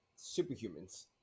superhumans